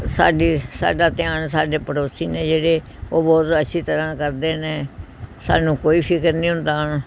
ਸਾਡੀ ਸਾਡਾ ਧਿਆਨ ਸਾਡੇ ਪੜੌਸੀ ਨੇ ਜਿਹੜੇ ਉਹ ਬਹੁਤ ਅੱਛੀ ਤਰ੍ਹਾਂ ਕਰਦੇ ਨੇ ਸਾਨੂੰ ਕੋਈ ਫਿਕਰ ਨਹੀਂ ਹੁੰਦਾ ਹੁਣ